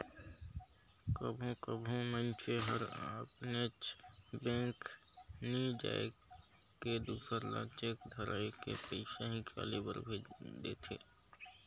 कभों कभों मइनसे हर अपनेच बेंक नी जाए के दूसर ल चेक धराए के पइसा हिंकाले बर भेज देथे